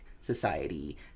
society